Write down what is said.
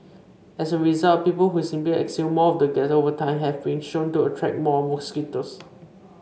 as a result people who simply exhale more of the gas over time have been shown to attract more mosquitoes